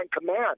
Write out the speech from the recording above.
command